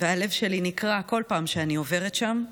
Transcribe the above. והלב שלי נקרע כל פעם שאני עוברת שם.